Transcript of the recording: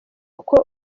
uko